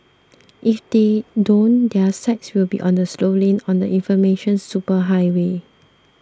if they don't their sites will be on the slow lane on the information superhighway